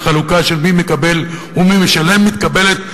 החלוקה של מי מקבל ומי משלם מתקבלת,